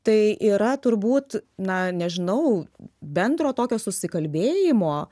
tai yra turbūt na nežinau bendro tokio susikalbėjimo